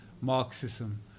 Marxism